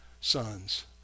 sons